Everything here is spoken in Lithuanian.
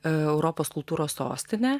europos kultūros sostinė